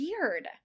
weird